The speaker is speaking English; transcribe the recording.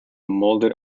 moulded